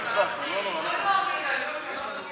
ההצעה להסיר מסדר-היום את הצעת חוק חינוך